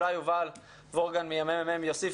אולי נשמע את יובל וורגן ממרכז המחקר והמידע של הכנסת שיוסיף